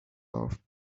love